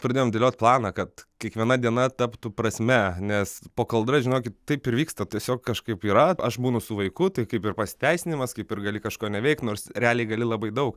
pradėjom dėliot planą kad kiekviena diena taptų prasme nes po kaldra žinokit taip ir vyksta tiesiog kažkaip yra aš būnu su vaiku tai kaip ir pasiteisinimas kaip ir gali kažko neveikti nors realiai gali labai daug